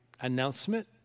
announcement